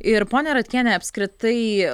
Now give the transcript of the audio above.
ir ponia ratkiene apskritai